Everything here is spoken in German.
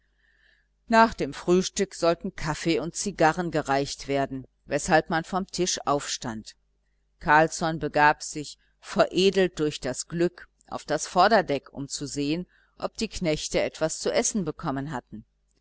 nach dem frühstück sollten kaffee und zigarren gereicht werden weshalb man vom tisch aufstand carlsson begab sich veredelt durch das glück auf das vorderdeck um zu sehen ob die knechte etwas zu essen bekommen hatten